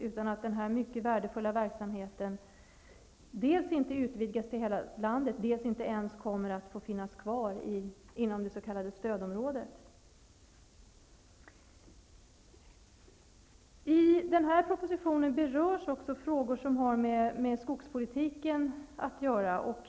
Denna mycket värdefulla verksamhet kommer dels inte att utvidgas till hela landet, dels inte ens att få finnas kvar inom det s.k. stödområdet. I propositionen berörs också frågor som har med skogspolitiken att göra.